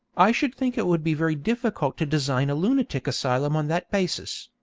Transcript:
i should think it would be very difficult to design a lunatic asylum on that basis,